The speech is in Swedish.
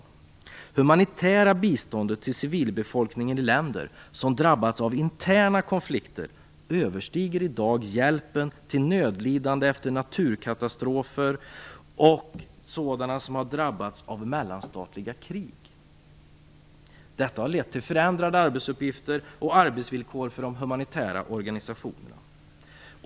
Det humanitära biståndet till civilbefolkningen i länder som drabbats av interna konflikter överstiger i dag hjälpen till nödlidande efter naturkatastrofer och mellanstatliga krig. Detta har lett till förändrade arbetsuppgifter och arbetsvillkor för de humanitära organisationerna.